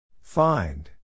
Find